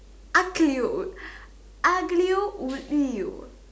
Aglio Aglio-Olio